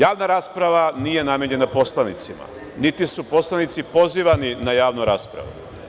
Javna rasprava nije namenjena poslanicima, niti su poslanici pozivani na javnu raspravu.